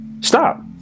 stop